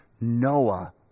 Noah